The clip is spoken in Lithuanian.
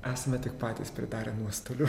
esame tik patys pridarė nuostolių